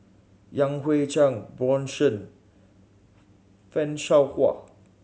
Yan Hui Chang Bjorn Shen Fan Shao Hua